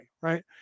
right